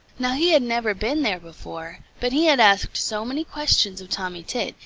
now, he had never been there before, but he had asked so many questions of tommy tit,